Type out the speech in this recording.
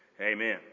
amen